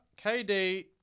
KD